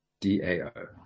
DAO